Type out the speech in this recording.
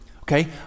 Okay